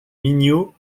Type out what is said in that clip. mignot